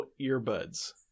earbuds